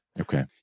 Okay